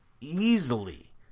easily